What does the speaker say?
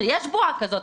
ויש בועה כזאת.